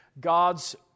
God's